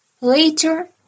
Later